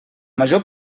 major